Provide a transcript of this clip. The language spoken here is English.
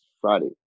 Friday